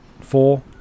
four